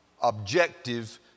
objective